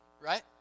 right